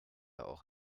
auch